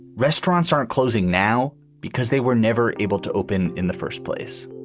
restaurants aren't closing now because they were never able to open in the first place